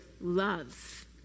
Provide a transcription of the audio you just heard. love